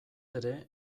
ere